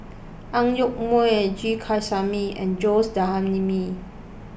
Ang Yoke Mooi G Kandasamy and Jose D'Almeida